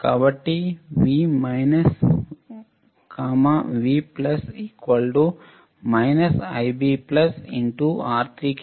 కాబట్టి V V Ib x R3 కి సమానంగా ఉంటుంది